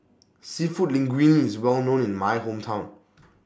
Seafood Linguine IS Well known in My Hometown